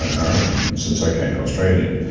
but marilyn, since i came to australia.